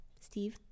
Steve